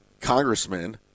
congressman